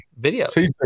videos